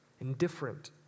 indifferent